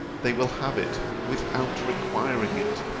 they will have it, without requiring it.